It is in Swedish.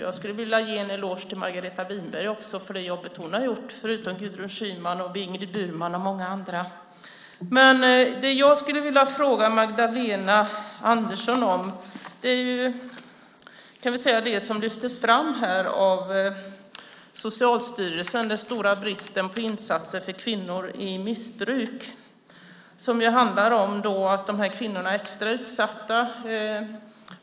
Jag skulle också vilja ge en eloge till Margareta Winberg för det jobb som hon har gjort, förutom Gudrun Schyman, Ingrid Burman och många andra. Jag skulle vilja fråga Magdalena Andersson om det som lyftes fram av Socialstyrelsen, nämligen den stora bristen på insatser för kvinnor i missbruk. Dessa kvinnor är extra utsatta.